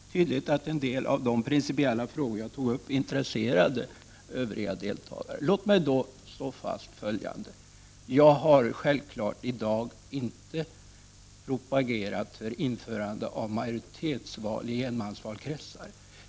Fru talman! Jag skall kanske inte förlänga den här sena debatten. Men det är tydligt att vissa av de principiella frågor som jag tog upp intresserar de övriga deltagarna i debatten. Låt mig slå fast följande. Jag har i dag självfallet inte propagerat för inför 121 ande av majoritetsval i enmansvalkretsar.